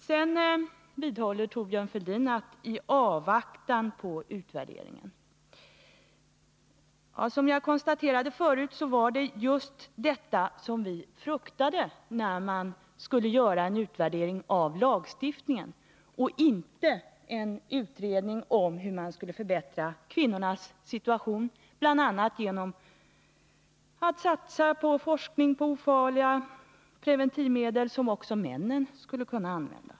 Sedan vidhåller Thorbjörn Fälldin uttalandet: ”I avvaktan på den pågående utvärderingen ——=.” Som jag konstaterade förut, var det just detta som vi fruktade — när man skulle göra en utvärdering av lagstiftningen och inte en utredning om hur man skulle förbättra kvinnornas situation, bl.a. genom att satsa på forskning rörande ofarliga preventivmedel som också män skulle kunna använda.